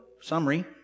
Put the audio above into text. summary